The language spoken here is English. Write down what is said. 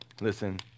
Listen